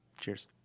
Cheers